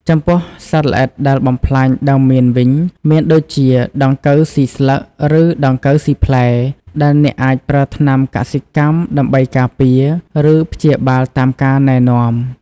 ចំពោះសត្វល្អិតដែលបំផ្លាញដើមមៀនវិញមានដូចជា ដង្កូវស៊ីស្លឹក ឬ ដង្កូវស៊ីផ្លែ ដែលអ្នកអាចប្រើថ្នាំកសិកម្មដើម្បីការពារ ឬព្យាបាលតាមការណែនាំ។